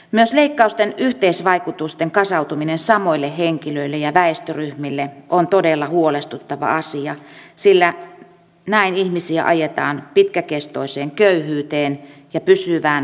myös leikkausten yhteisvaikutusten kasautuminen samoille henkilöille ja väestöryhmille on todella huolestuttava asia sillä näin ihmisiä ajetaan pitkäkestoiseen köyhyyteen ja pysyvään